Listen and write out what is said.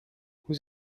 vous